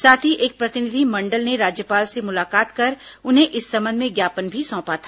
साथ ही एक प्रतिनिधिमंडल ने राज्यपाल से मुलाकात कर उन्हें इस संबंध में ज्ञापन भी सौंपा था